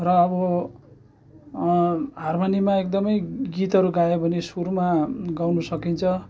र अब हारमनीमा एकदमै गीतहरू गायो भने सुरमा गाउन सकिन्छ